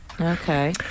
Okay